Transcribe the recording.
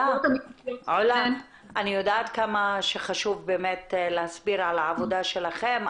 אני יודעת כמה שחשוב להסביר על העבודה שלכם,